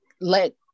let